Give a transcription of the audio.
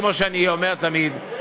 כמו שאני אומר תמיד,